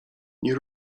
nie